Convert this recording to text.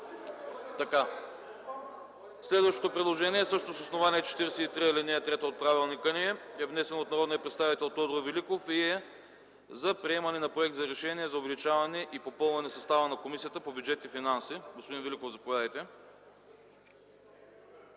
Следващото предложение също е с основание чл. 43, ал. 3 от правилника ни и е внесено от народния представител Тодор Великов – за приемане на Проект за решение за увеличаване и попълване състава на Комисията по бюджет и финанси. Господин Великов, заповядайте.